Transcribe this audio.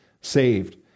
saved